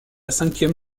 cinquième